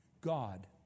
God